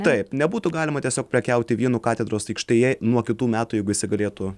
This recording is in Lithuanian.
taip nebūtų galima tiesiog prekiauti vynu katedros aikštėje nuo kitų metų jeigu įsigalėtų